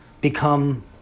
become